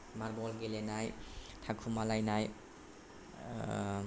marble गेलेनाय थाखुमालायनाय